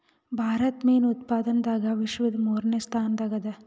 ಭಾರತ ಮೀನು ಉತ್ಪಾದನದಾಗ ವಿಶ್ವದ ಮೂರನೇ ಸ್ಥಾನದಾಗ ಅದ